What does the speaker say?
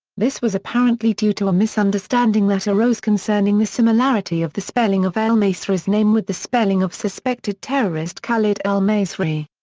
this was apparently due to a misunderstanding that arose concerning the similarity of the spelling of el-masri's name with the spelling of suspected terrorist khalid al-masri.